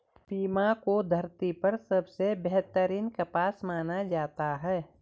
Pima को धरती पर सबसे बेहतरीन कपास माना जाता है